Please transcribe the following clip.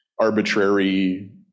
arbitrary